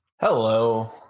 Hello